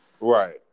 Right